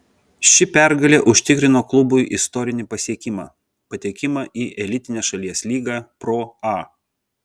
ši pergalė užtikrino klubui istorinį pasiekimą patekimą į elitinę šalies lygą pro a